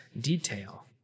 detail